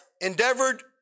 endeavored